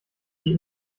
die